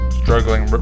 struggling